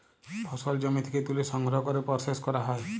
ফসল জমি থ্যাকে ত্যুলে সংগ্রহ ক্যরে পরসেস ক্যরা হ্যয়